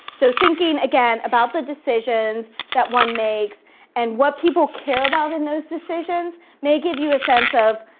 so thinking, again, about the decisions that one makes and what people care about in those decisions may give you a sense of,